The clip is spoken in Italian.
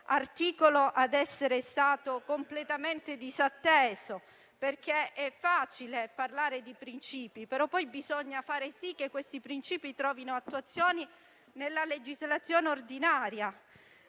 l'unico ad essere stato completamente disatteso, perché è facile parlare di principi, ma bisogna far sì che questi principi trovino attuazione nella legislazione ordinaria.